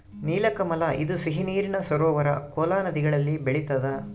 ನೀಲಕಮಲ ಇದು ಸಿಹಿ ನೀರಿನ ಸರೋವರ ಕೋಲಾ ನದಿಗಳಲ್ಲಿ ಬೆಳಿತಾದ